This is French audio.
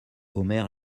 omer